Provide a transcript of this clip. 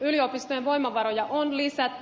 yliopistojen voimavaroja on lisätty